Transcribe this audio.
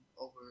over